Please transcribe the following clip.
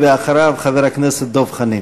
ואחריו, חבר הכנסת דב חנין.